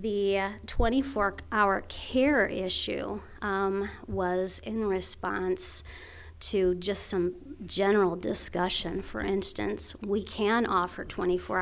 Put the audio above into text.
the twenty four hour care issue was in response to just some general discussion for instance we can offer twenty four